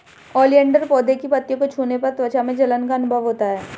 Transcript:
oleander पौधे की पत्तियों को छूने पर त्वचा में जलन का अनुभव होता है